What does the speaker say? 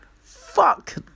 Fuck